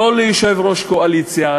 לא ליושב-ראש קואליציה,